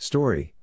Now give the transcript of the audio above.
Story